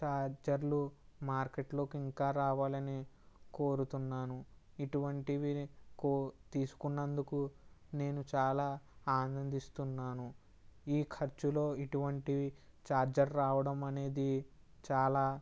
ఛార్జర్లు మార్కెట్లోకి ఇంకా రావాలని కోరుతున్నాను ఇటువంటివి కో తీసుకున్నందుకు నేను చాలా ఆనందిస్తున్నాను ఈ ఖర్చులో ఇటువంటివి ఛార్జర్ రావడం అనేది చాలా